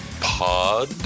pod